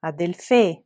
Adelfe